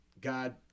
God